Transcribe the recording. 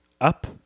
up